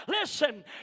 Listen